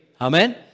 Amen